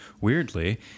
weirdly